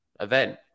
event